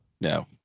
No